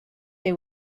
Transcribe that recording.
they